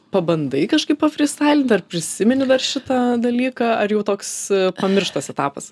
pabandai kažkaip pafrystailint ar prisimeni dar šitą dalyką ar jau toks pamirštas etapas